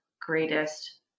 greatest